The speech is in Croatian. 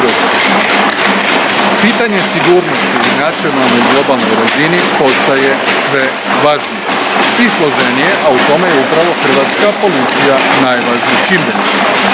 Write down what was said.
Pitanje sigurnosti na nacionalnoj i globalnoj razini, postaje sve važnije i složenije, a u tome je upravo hrvatska policija najvažniji čimbenik.